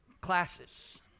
classes